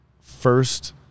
first